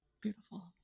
Beautiful